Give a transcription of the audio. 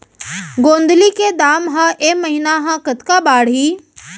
गोंदली के दाम ह ऐ महीना ह कतका बढ़ही?